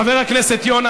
חבר הכנסת יונה,